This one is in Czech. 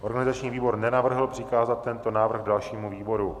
Organizační výbor nenavrhl přikázat tento návrh dalšímu výboru.